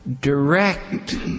direct